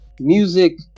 music